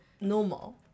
normal